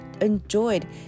enjoyed